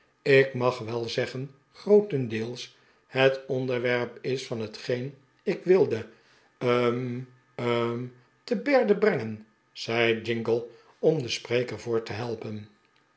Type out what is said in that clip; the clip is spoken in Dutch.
ik mag wel zeggen grootendeels het onderwerp is van hetgeen ik wilde hm hm te berde brengen zei jingle om den spreker voort te helpen